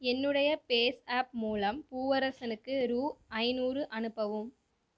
என்னுடைய பேஸ் ஆப் மூலம் பூவரசனுக்கு ரூ ஐந்நூறு அனுப்பவும்